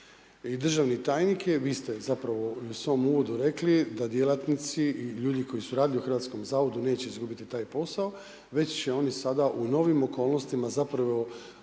I državni tajnik je, vi ste zapravo u svom uvodu rekli da djelatnici i ljudi koji su radili u Hrvatskom zavodu neće izgubiti taj posao, već će oni sada u novim okolnostima zapravo